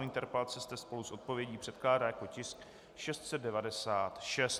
Interpelace se spolu s odpovědí předkládá jako tisk 696.